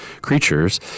creatures